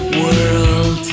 world